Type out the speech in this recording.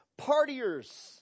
partiers